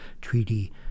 treaty